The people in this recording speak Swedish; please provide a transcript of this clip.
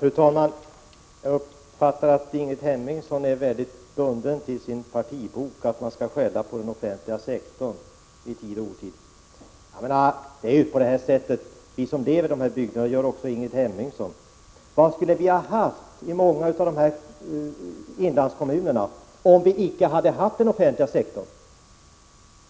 Fru talman! Jag uppfattar det så att Ingrid Hemmingsson är väldigt bunden till sin partibok, enligt vilken man i tid och otid skall skälla på den offentliga sektorn. Vi som lever i de här bygderna — och det gör också Ingrid Hemmingsson — vad skulle vi i många av inlandskommunerna ha haft, om vi inte hade haft den offentliga sektorn? Ta